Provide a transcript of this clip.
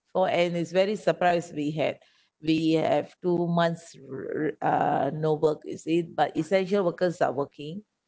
oh and it's very surprised we had we have two months uh no work you see but essential workers are working